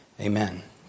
Amen